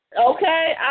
Okay